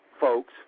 folks